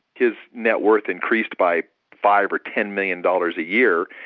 his net worth increased by five or ten million dollars a year,